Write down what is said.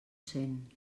sent